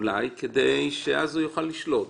אולי, כדי שהוא יוכל לשלוט.